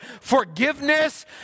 forgiveness